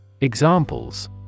Examples